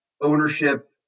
ownership